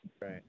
Right